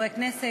חברי כנסת,